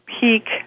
Peak